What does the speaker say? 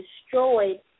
destroyed